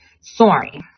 sorry